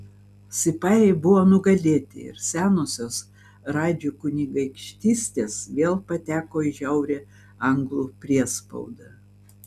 sipajai buvo nugalėti ir senosios radžų kunigaikštystės vėl pateko į žiaurią anglų priespaudą